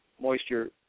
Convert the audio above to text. moisture